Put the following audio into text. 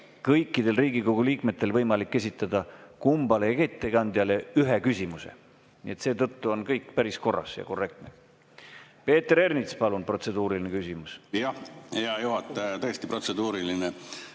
kõikidel Riigikogu liikmetel võimalik esitada kummalegi ettekandjale üks küsimus. Seetõttu on kõik päris korras ja korrektne. Peeter Ernits, palun! Protseduuriline küsimus. Aitäh! See oli tõesti protseduuriline